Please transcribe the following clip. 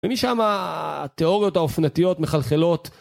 ומשם התיאוריות האופנתיות מחלחלות